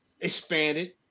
expanded